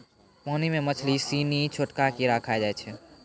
पानी मे मछली सिनी छोटका कीड़ा खाय जाय छै